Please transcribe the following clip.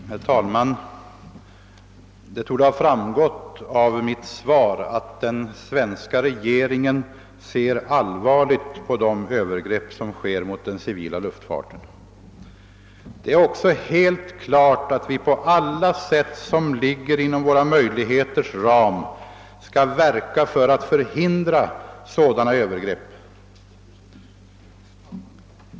Herr talman! Det torde ha framgått av mitt svar att den svenska regeringen ser allvarligt på de övergrepp som förekommer mot den civila luftfarten. Det är också helt klart att vi på alla sätt som ligger inom våra möjligheters ram skall verka för att förhindra sådana övergrepp.